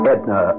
Edna